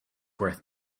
worth